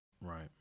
right